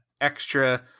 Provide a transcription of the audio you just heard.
extra